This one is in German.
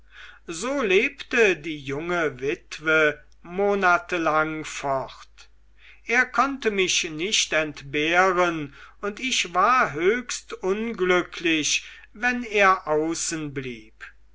so lebte die junge witwe monatelang fort er konnte mich nicht entbehren und ich war höchst unglücklich wenn er außen blieb